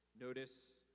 Notice